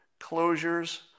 closures